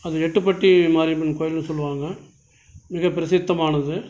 அது எட்டுப்பட்டி மாரியம்மன் கோவில்னு சொல்லுவாங்க மிக பிரசித்தமானது